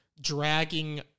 dragging